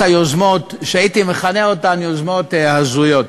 היוזמות שהייתי מכנה אותן יוזמות הזויות: